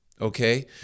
okay